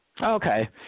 okay